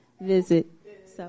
visit